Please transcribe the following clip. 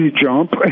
jump